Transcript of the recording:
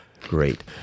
Great